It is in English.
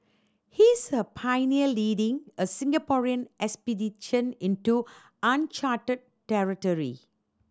he's a pioneer leading a Singaporean expedition into uncharted territory